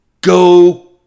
go